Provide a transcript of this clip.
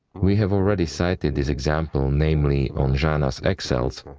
we have already cited this example namely on zhanna's egg cells.